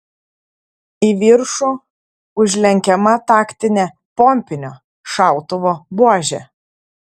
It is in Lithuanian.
į viršų užlenkiama taktinė pompinio šautuvo buožė